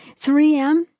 3M